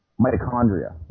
mitochondria